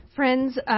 Friends